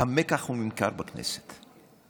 המקח וממכר בכנסת.